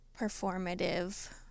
performative